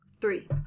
Three